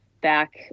Back